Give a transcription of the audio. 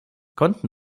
konnten